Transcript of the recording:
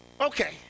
okay